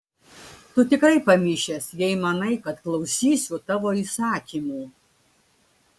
tu tikrai pamišęs jei manai kad klausysiu tavo įsakymų